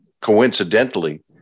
coincidentally